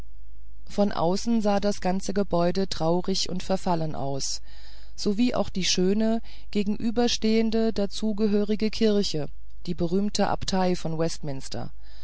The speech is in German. von außen sah das ganze gebäude traurig und verfallen aus sowie auch die schöne gegenüberstehende dazugehörige kirche die berühmte abtei von westminster